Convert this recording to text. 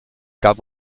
gab